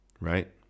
Right